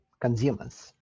consumers